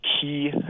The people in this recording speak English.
key